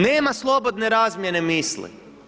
Nema slobodne razmjene misli.